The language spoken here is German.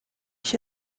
ich